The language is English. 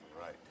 Right